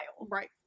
Right